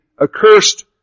accursed